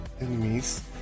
enemies